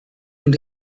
und